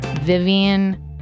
Vivian